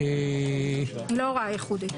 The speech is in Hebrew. לא הוראה ייחודית.